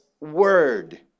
word